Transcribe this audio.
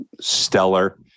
stellar